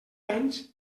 anys